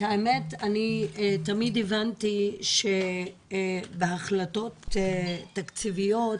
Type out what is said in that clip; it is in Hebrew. אני תמיד הבנתי שבהחלטות תקציביות,